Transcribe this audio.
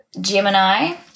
Gemini